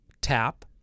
tap